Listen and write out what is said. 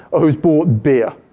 or who's bought beer?